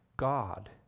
God